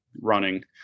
running